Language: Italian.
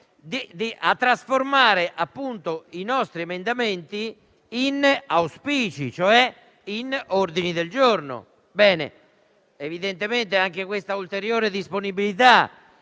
a trasformare i nostri emendamenti in auspici, cioè in ordini del giorno. Ci è stata chiesta questa ulteriore disponibilità